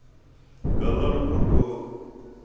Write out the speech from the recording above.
colour photo